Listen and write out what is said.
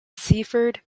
seaford